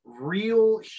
real